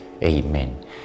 Amen